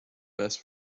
best